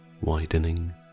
widening